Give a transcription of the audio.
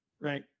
right